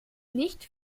nicht